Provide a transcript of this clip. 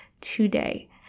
today